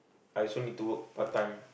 I also need to work part time